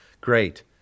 great